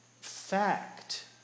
fact